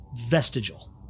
vestigial